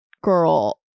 girl